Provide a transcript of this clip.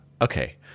okay